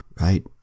right